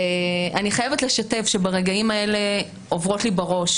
אני חייבת לשתף שברגעים האלה עוברות לי בראש